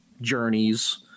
Journeys